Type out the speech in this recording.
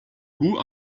who